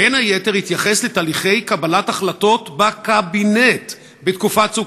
בין היתר התייחס לתהליכי קבלת החלטות בקבינט בתקופת "צוק